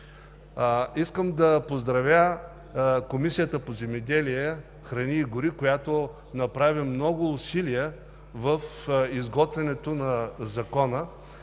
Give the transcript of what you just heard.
Искам да поздравя Комисията по земеделието, храните и горите, която положи много усилия в изготвянето на Закона.